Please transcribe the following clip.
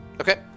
Okay